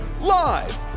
live